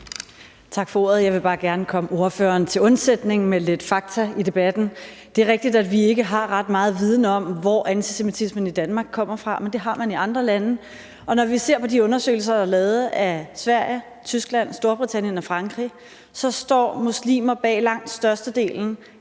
Tak for ordet. Jeg vil bare gerne komme ordføreren til undsætning med lidt fakta i debatten. Det er rigtigt, at vi ikke har ret meget viden om, hvor antisemitismen i Danmark kommer fra, men det har man i andre lande. Når vi ser på de undersøgelser, der er lavet af Sverige, Tyskland, Storbritannien og Frankrig, viser det sig, at muslimer står bag langt størstedelen